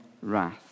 wrath